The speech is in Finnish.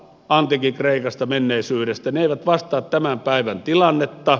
ne eivät vastaa tämän päivän tilannetta